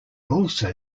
also